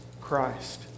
Christ